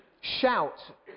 Shout